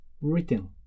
written